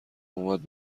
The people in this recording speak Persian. اومد